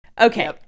Okay